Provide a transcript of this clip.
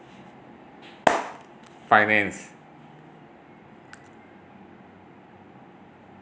finance